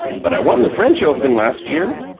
but i won the french open last year.